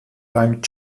beim